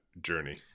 journey